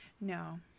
No